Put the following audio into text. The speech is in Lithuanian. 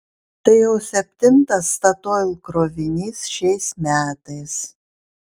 tai jau septintas statoil krovinys šiais metais